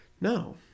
No